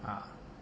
ah